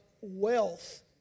wealth